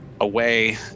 away